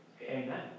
Amen